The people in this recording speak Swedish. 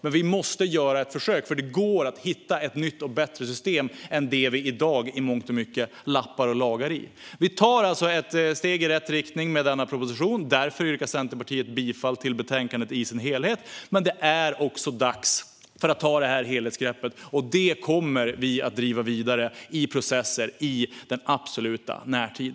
Men vi måste göra ett försök, för det går att hitta ett nytt och bättre system än det som vi i dag i mångt och mycket lappar och lagar i. Vi tar alltså ett steg i rätt riktning med denna proposition. Därför yrkar Centerpartiet bifall till förslaget i dess helhet. Men det är dags att ta ett helhetsgrepp, och det kommer vi att driva vidare i processer i absolut närtid.